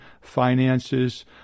finances